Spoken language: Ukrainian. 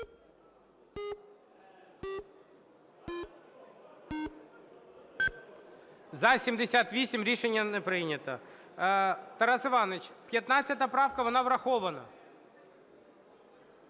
За-78 Рішення не прийнято. Тарас Іванович, 15 правка, вона врахована.